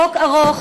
החוק ארוך,